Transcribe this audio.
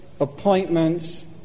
appointments